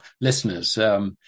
listeners